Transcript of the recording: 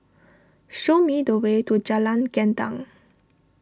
show me the way to Jalan Gendang